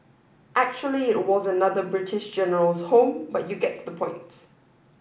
actually it was another British General's home but you get the point